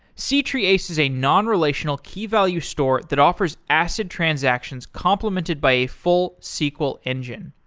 c-treeace is a non-relational key-value store that offers acid transactions complemented by a full sql engine.